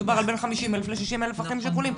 מדובר על בין 50,000-60,000 אחים שכולים.